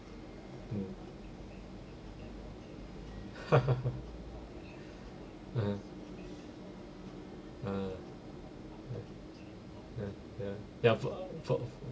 mm (uh huh) ah ya ya f~ for for